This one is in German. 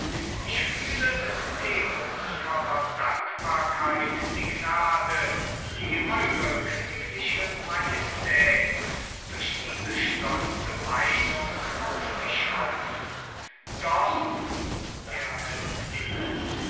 ich fühle mit demutsvoller dankbarkeit die gnade die eure königliche majestät durch diese stolze meinung auf mich häufen doch er hält inne